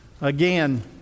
Again